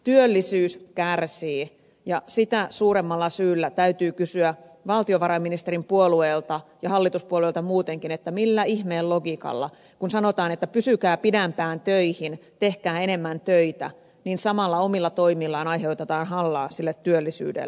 työllisyys kärsii ja sitä suuremmalla syyllä täytyy kysyä valtiovarainministerin puolueelta ja hallituspuolueilta muutenkin mitä ihmeen logiikkaa tämä on kun sanotaan että pysykää pidempään töissä tehkää enemmän töitä mutta samalla omilla toimilla aiheutetaan hallaa sille työllisyydelle